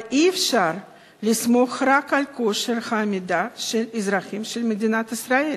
אבל אי-אפשר לסמוך רק על כושר העמידה של האזרחים של מדינת ישראל.